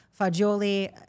Fagioli